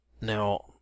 Now